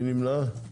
מי נמנע?